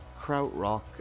Krautrock